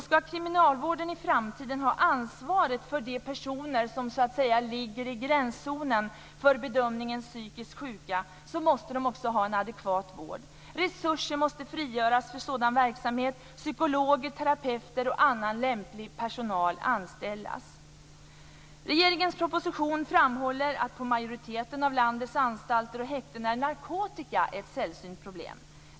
Ska kriminalvården i framtiden ha ansvaret för de personer som så att säga ligger i gränszonen för bedömningen psykiskt sjuka, måste de också ha en adekvat vård. Resurser måste frigöras för sådan verksamhet och psykologer, terapeuter och annan lämplig personal anställas. I regeringens proposition framhålls att narkotika är ett sällsynt problem på majoriteten av landets anstalter och häkten.